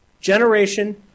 Generation